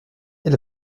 elle